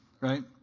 Right